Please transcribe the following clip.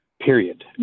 period